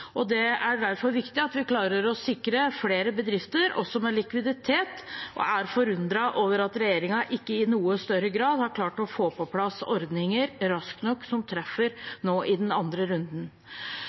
Det er derfor viktig at vi klarer å sikre flere bedrifter også når det gjelder likviditet, og vi er forundret over at regjeringen ikke i noe større grad har klart å få på plass ordninger raskt nok, som treffer